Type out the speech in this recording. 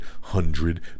hundred